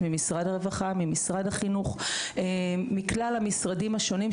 הרווחה והחינוך ומכלל המשרדים השונים,